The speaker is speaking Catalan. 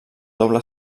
doble